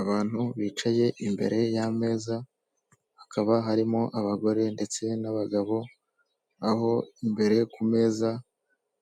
Abantu bicaye imbere y'ameza hakaba harimo abagore ndetse n'abagabo, aho imbere ku meza